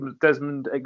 Desmond